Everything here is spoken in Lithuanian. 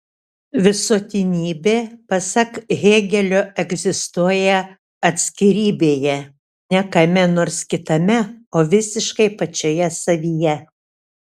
visuotinybė pasak hėgelio egzistuoja atskirybėje ne kame nors kitame o visiškai pačioje savyje